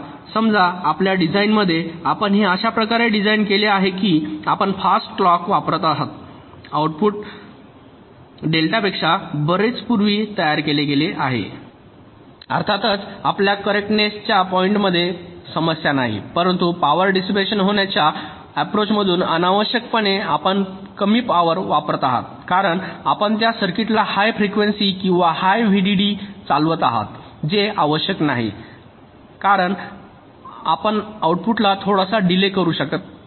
समजा आपल्या डिझाइनमध्ये आपण ते अशा प्रकारे डिझाइन केले आहे की आपण फास्ट क्लॉक वापरत आहात आउटपुट डेल्टापेक्षा बरेच पूर्वी तयार केले गेले आहे अर्थातच आपल्या कॅरेटनेस च्या पॉईंट मध्ये समस्या नाही परंतु पॉवर डिसिपॅशन होण्याच्या अप्रोच मधून अनावश्यकपणे आपण कमी पॉवर वापरत आहात कारण आपण त्या सर्किटला हाय फ्रिकवेंसी किंवा हाय व्हीडीडीसह चालवित आहात जे आवश्यक नाही आहे कारण आपण आउटपुटला थोडासा डिलेय करू शकला असता